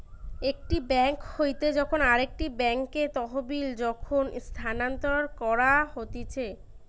একটি বেঙ্ক হইতে যখন আরেকটি বেঙ্কে তহবিল যখন স্থানান্তর করা হতিছে